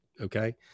okay